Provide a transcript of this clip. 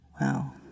wow